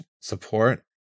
support